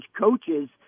coaches